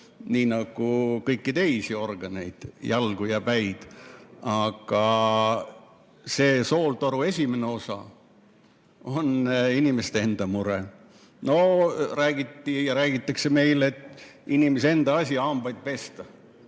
nii nagu kõiki teisi organeid, jalgu ja päid. Aga see sooltoru esimene osa on inimeste enda mure. No räägiti ja räägitakse meil, et inimese enda asi on hambaid pesta.